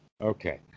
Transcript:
Okay